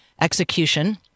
execution